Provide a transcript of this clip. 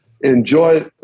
Enjoy